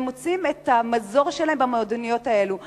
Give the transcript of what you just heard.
והם מוצאים את המזור שלהם במועדוניות האלה.